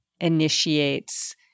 initiates